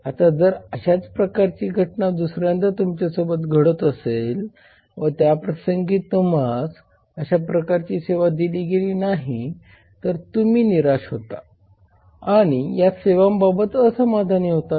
आता जर अशाच प्रकारची घटना दुसऱ्यांदा तुमच्या सोबत घडत असेल व त्याप्रसंगी तुम्हास अशा प्रकारची सेवा दिली गेली नाही तर तुम्ही निराश होतात आणि या सेवांबाबत असमाधानी होतात